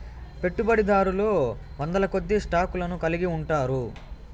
పెట్టుబడిదారులు వందలకొద్దీ స్టాక్ లను కలిగి ఉంటారు